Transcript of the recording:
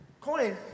coin